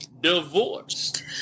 divorced